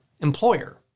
employer